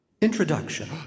Introduction